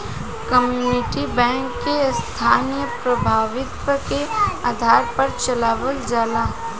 community bank के स्थानीय प्रभुत्व के आधार पर चलावल जाला